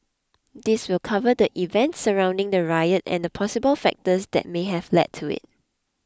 this will cover the events surrounding the riot and the possible factors that may have led to it